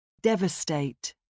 Devastate